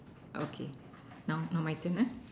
okay now now my turn ah